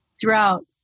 throughout